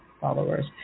followers